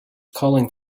calling